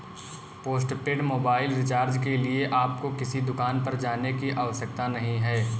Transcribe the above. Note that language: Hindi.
पोस्टपेड मोबाइल रिचार्ज के लिए आपको किसी दुकान पर जाने की आवश्यकता नहीं है